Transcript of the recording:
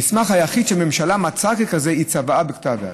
המסמך היחיד שהממשלה מצאה ככזה הוא צוואה בכתב יד.